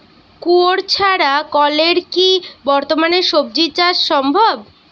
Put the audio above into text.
কুয়োর ছাড়া কলের কি বর্তমানে শ্বজিচাষ সম্ভব?